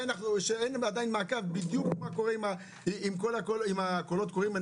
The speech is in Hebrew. שאין מעקב בדיוק מה קורה עם הקולות הקוראים,